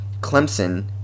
Clemson